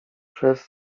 przez